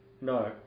no